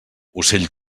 ocell